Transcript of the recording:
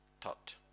thought